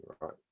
right